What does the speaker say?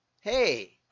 Hey